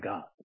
God